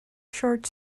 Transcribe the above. short